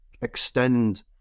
extend